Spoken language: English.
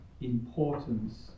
importance